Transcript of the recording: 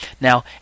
Now